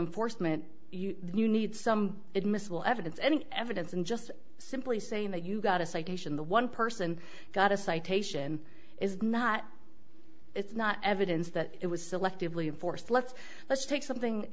in forstmann you need some admissible evidence any evidence and just simply saying that you got a citation the one person got a citation is not it's not evidence that it was selectively enforced let's let's take something